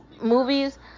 movies